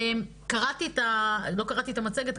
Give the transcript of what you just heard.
לא קראתי את המצגת,